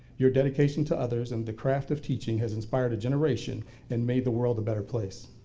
your dedication to others and the craft of teaching, has inspired a generation and made the world a better place.